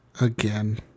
again